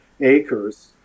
acres